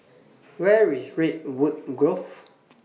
Where IS Redwood Grove